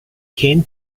came